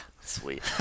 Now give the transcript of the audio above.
Sweet